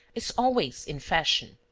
is always in fashion.